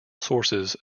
sources